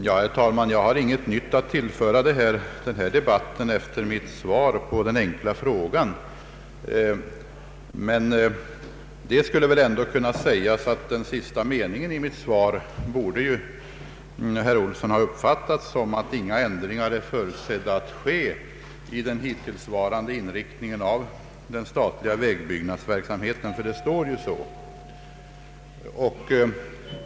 Herr talman! Jag har inget nytt att tillföra denna debatt efter mitt svar på den enkla frågan. Den sista meningen i mitt svar borde väl ändå kunna uppfattas som att ingen ändring är förutsedd i den föreslagna inriktningen av den statliga vägbyggnadsverksamheten. Ty det står ju så.